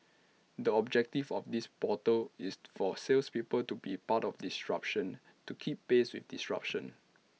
the objective of this portal is for salespeople to be part of disruption to keep pace with disruption